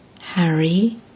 Harry